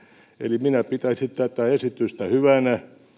eli minä pitäisin tätä esitystä hyvänä